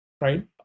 right